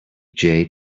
album